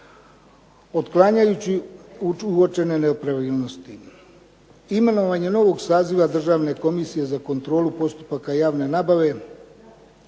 otklanjajući uočene nepravilnosti. Imenovanje novog saziva Državne komisije za kontrolu postupaka javne nabave